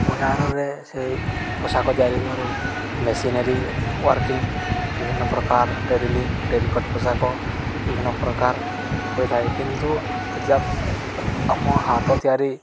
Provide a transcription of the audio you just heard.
ବଜାରରେ ସେଇ ପୋଷାକ ତିଆରି ଦାର ମେସିନେରୀ ୱାର୍କିଂ ବିଭିନ୍ନ ପ୍ରକାର ଟେରିଲନ ଟେରିକଟ ପୋଷାକ ବିଭିନ୍ନ ପ୍ରକାର ହୋଇଥାଏ କିନ୍ତୁ ଯଦି ଆମ ହାତ ତିଆରି